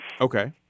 Okay